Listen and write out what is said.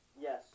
Yes